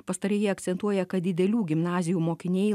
pastarieji akcentuoja kad didelių gimnazijų mokiniai